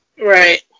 Right